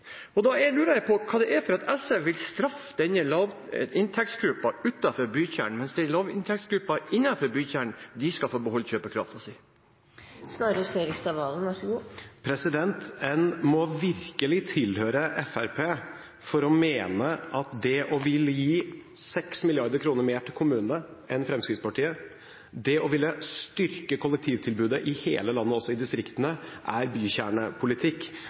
og det er å bruke bilen. Da lurer jeg på hvorfor SV vil straffe denne lavinntektsgruppen utenfor bykjernen, mens lavinntektsgruppene innenfor bykjernen skal få beholde kjøpekraften sin. En må virkelig tilhøre Fremskrittspartiet for å mene at det å ville gi 6 mrd. kr mer til kommunene enn Fremskrittspartiet, og at det å ville styrke kollektivtilbudet i hele landet – også i distriktene – er bykjernepolitikk.